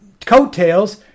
coattails